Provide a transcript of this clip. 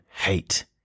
hate